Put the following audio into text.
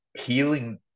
healing